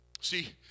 See